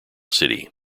city